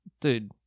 dude